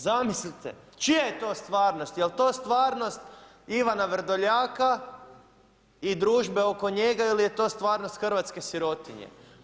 Zamislite, čija je to stvarnost, je li to stvarnost Ivana Vrdoljaka i družbe oko njega ili je to stvarnost hrvatske sirotinje.